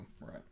Right